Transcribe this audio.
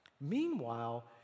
Meanwhile